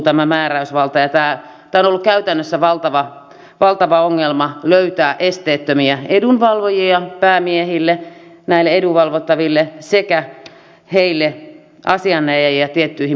tämä on ollut käytännössä valtava ongelma löytää esteettömiä edunvalvojia päämiehille näille edunvalvottaville sekä heille asianajajia tiettyihin prosesseihin